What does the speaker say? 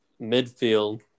midfield